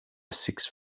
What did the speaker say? six